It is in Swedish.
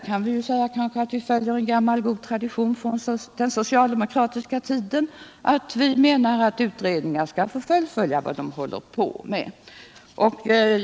Man kan på den punkten säga att vi följer en gammal god tradition från den socialdemokratiska tiden: att utredningar skall få fullfölja de uppdrag de har.